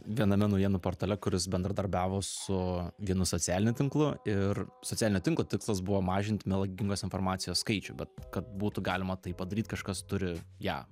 viename naujienų portale kuris bendradarbiavo su vienu socialiniu tinklu ir socialinio tinklo tikslas buvo mažint melagingos informacijos skaičių bet kad būtų galima tai padaryt kažkas turi ją